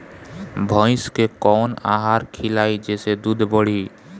भइस के कवन आहार खिलाई जेसे दूध बढ़ी?